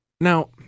Now